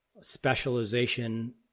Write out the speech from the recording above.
specialization